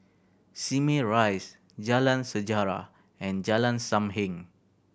Simei Rise Jalan Sejarah and Jalan Sam Heng